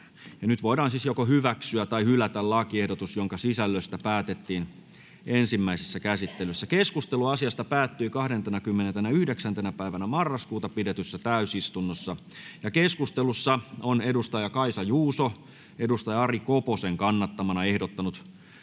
Nyt voidaan hyväksyä tai hylätä lakiehdotus, jonka sisällöstä päätettiin ensimmäisessä käsittelyssä. Keskustelu asiasta päättyi 29.11.2022 pidetyssä täysistunnossa. Keskustelussa on Kaisa Juuso Ari Koposen kannattamana ehdottanut,